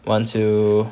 want to